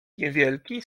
niewielki